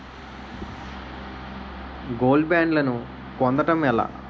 Gold బ్యాండ్లను పొందటం ఎలా?